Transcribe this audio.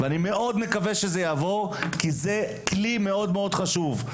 אני מאוד מקווה שזה יעבור כי זה כלי מאוד חשוב.